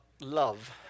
love